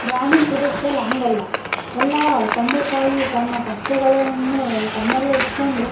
ಗ್ರಾಮೀಣ ಪ್ರದೇಶ್ದಲ್ಲಿ ಹಂಗಲ್ಲ ಎಲ್ಲ ತಂದೆ ತಾಯಿ ತಮ್ಮ ಕಷ್ಟಗಳನ್ನು ತಮ್ಮಲ್ಲೇ ಇಟ್ಕಂಡು